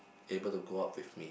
able to go out with me